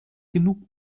genug